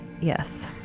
yes